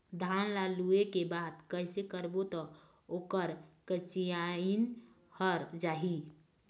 धान ला लुए के बाद कइसे करबो त ओकर कंचीयायिन हर जाही?